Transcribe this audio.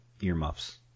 earmuffs